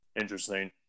Interesting